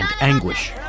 anguish